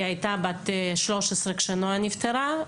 היא הייתה בת 13 כשנועה נפטרה.